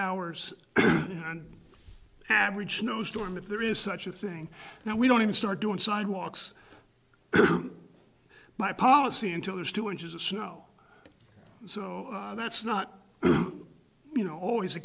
hours on average snowstorm if there is such a thing now we don't even start doing sidewalks my policy until there's two inches of snow so that's not you know always